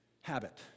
habit